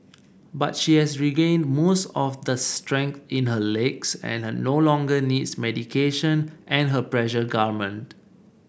but she has regained most of the strength in her legs and no longer needs medication and her pressure garment